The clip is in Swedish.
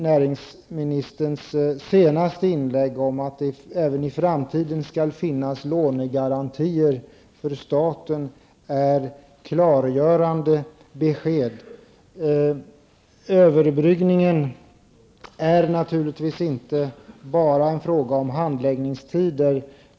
Näringsministerns senaste inlägg om att det även i framtiden skall finnas lånegarantier från staten är klargörande. Överbryggningen är naturligtvis inte bara en fråga om handläggningstider.